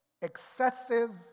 excessive